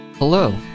Hello